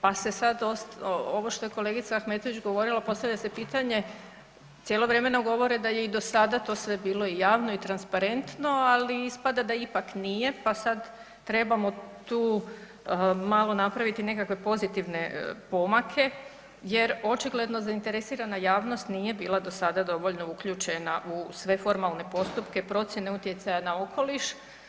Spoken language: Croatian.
Pa se sad ovo što je kolegica Ahmetović govorila postavlja se pitanje cijelo vrijeme nam govore da je i do sada to sve bilo i javno i transparentno, ali ispada da ipak nije pa sad trebamo tu malo napraviti nekakve pozitivne pomake jer očigledno zainteresirana javnost nije bila do sada dovoljno uključena u sve formalne postupke procjene utjecaja na okoliš.